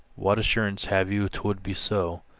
what assurance have you twould be so?